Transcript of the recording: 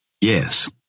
yes